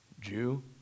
Jew